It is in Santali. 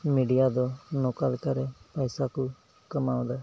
ᱢᱤᱰᱤᱭᱟ ᱫᱚ ᱱᱚᱝᱠᱟ ᱞᱮᱠᱟᱨᱮ ᱯᱚᱭᱥᱟ ᱠᱚ ᱠᱟᱢᱟᱣᱫᱟ